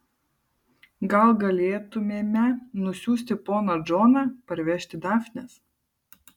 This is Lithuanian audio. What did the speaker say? gal galėtumėme nusiųsti poną džoną parvežti dafnės